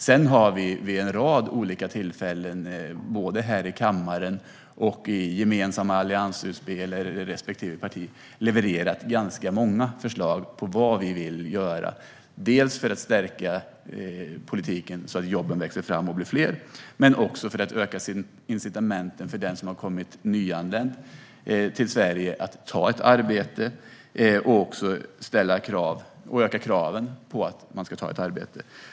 Vi har vid en rad olika tillfällen, både här i kammaren och i gemensamma alliansutspel eller i respektive parti, levererat ganska många förslag på vad vi vill göra, dels för att stärka politiken så att jobben växer fram och blir fler, dels för att öka incitamenten för den som är nyanländ i Sverige att ta ett arbete och också öka kraven på att man ska ta ett arbete.